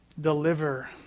deliver